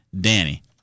Danny